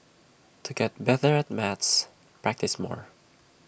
to get better at maths practise more